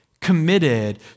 committed